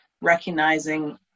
recognizing